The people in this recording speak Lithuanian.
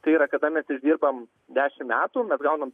tai yra kada mes išdirbam dešimt metų mes gaunam